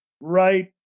right